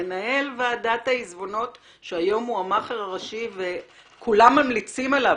מנהל ועדת העיזבונות לשעבר שהיום הוא המאכער הראשי שכולם ממליצים עליו.